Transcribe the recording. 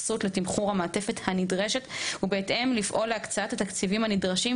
התייחסות לתמחור המעטפת הנדרשת ולפעול בהתאם להקצאת התקציבים הנדרשים,